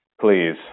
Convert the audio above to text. please